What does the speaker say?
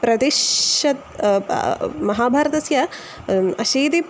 प्रतिशतं महाभारतस्य अशीतिः